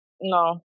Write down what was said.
No